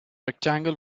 rectangle